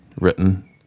written